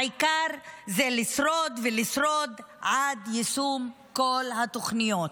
העיקר זה לשרוד ולשרוד עד יישום כל התוכניות.